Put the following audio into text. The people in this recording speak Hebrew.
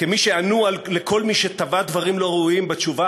כמי שענו לכל מי שתבע דברים לא ראויים בתשובה